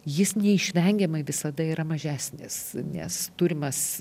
jis neišvengiamai visada yra mažesnis nes turimas